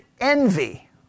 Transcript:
envy